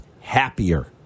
happier